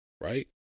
right